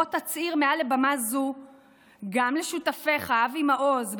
בוא תצהיר מעל הבימה הזו גם לשותפיך אבי מעוז,